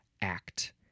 act